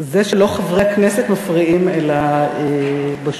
זה שלא חברי הכנסת מפריעים אלא בשוליים,